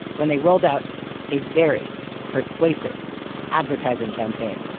when they rolled out a very persuasive advertising campaign.